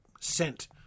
sent